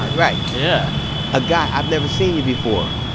right yeah a guy i've never seen you before.